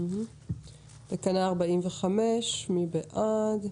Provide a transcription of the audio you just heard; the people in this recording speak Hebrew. תקנה 45, מי בעד?